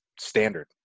standard